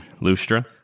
Lustra